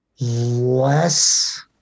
less